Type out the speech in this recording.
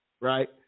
right